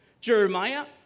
Jeremiah